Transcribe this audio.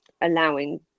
allowing